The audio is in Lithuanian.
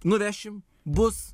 nuvešim bus